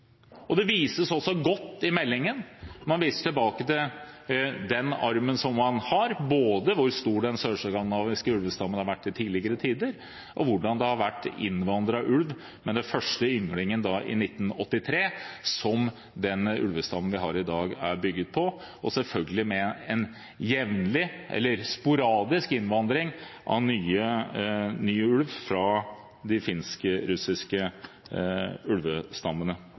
Det vises også godt i meldingen. Man viser tilbake til den armen man har, både hvor stor den sørskandinaviske ulvestammen har vært i tidligere tider, og hvordan ulven har innvandret, med den første ynglingen i 1983, som den ulvestammen vi har i dag, er bygd på, og selvfølgelig med en jevnlig, eller sporadisk, innvandring av ny ulv fra de finsk-russiske ulvestammene,